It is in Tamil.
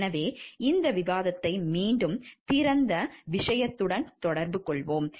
எனவே இந்த விவாதத்தை மீண்டும் திறந்த விஷயத்துடன் தொடர்வோம்